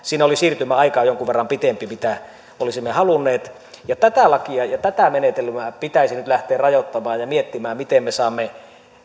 siinä oli siirtymäaika jonkun verran pitempi kuin olisimme halunneet tätä lakia ja menetelmää pitäisi nyt lähteä rajoittamaan ja miettimään miten me saamme